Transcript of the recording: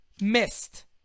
missed